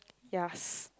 yas